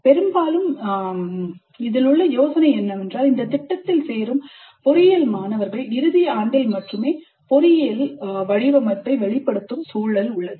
பெரும்பாலும் யோசனை என்னவென்றால் இந்த திட்டத்தில் சேரும் பொறியியல் மாணவர்கள் இறுதி ஆண்டில் மட்டுமே பொறியியல் வடிவமைப்பை வெளிப்படுத்தும் சூழ்நிலை உள்ளது